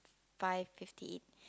five fifty eight